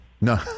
No